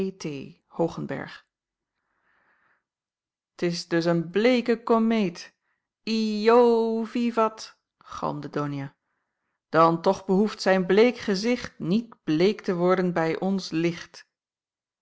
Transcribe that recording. t is dus een bleeke komeet iö vivat galmde donia dan toch behoeft zijn bleek gezicht niet bleek te worden bij ons licht